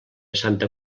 santa